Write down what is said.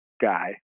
guy